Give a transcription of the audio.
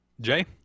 Jay